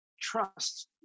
trust